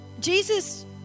Jesus